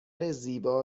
زیبا